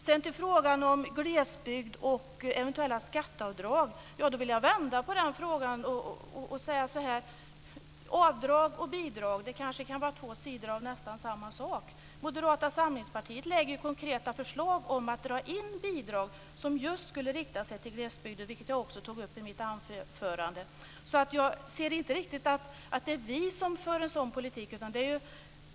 Sedan till frågan om glesbygd och eventuella skatteavdrag. Jag vill vända på frågan och säga så här: Avdrag och bidrag kanske kan vara två sidor av nästan samma sak. Moderata samlingspartiet lägger fram konkreta förslag om att dra in bidrag som just skulle rikta sig till glesbygden. Det tog jag också upp i mitt anförande. Så jag ser inte riktigt att det är vi som för en sådan politik.